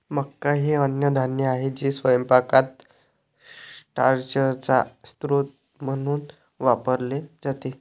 मका हे अन्नधान्य आहे जे स्वयंपाकात स्टार्चचा स्रोत म्हणून वापरले जाते